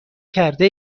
کرده